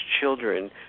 children